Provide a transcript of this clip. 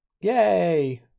yay